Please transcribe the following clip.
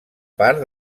part